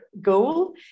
goal